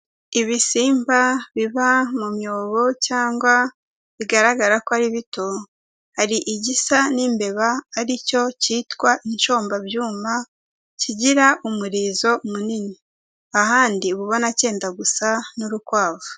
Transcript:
Ibisimba biba mu myobo cyangwa bigaragara ko ari bito, hari igisa n'imbeba ari cyo cyitwa inshombabyuma, kigira umurizo munini, ahandi uba ubona cyenda gusa n'urukwavu.